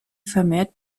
vermehrt